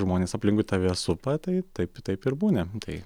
žmonės aplinkui tave supa tai taip taip ir būni tai